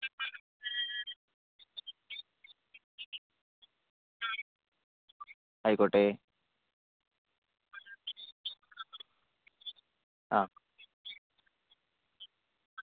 ആയിക്കോട്ടേ ആ